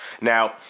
Now